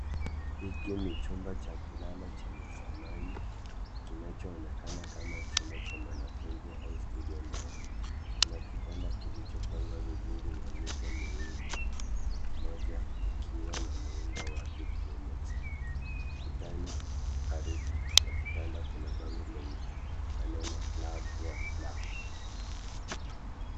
Hiki ni chumba cha kulala chenye samani kinachoonekana kama chumba cha mwanafunzi au studio ndogo. Kuna kitanda kilichopangwa vizuri na mito miwili , moja ukiwa na muundo wa kijiometri. Ukutani karibu na kitanda kuna bango lenye maneno love worry laugh